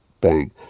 bang